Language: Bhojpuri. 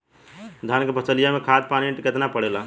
धान क फसलिया मे खाद पानी कितना पड़े ला?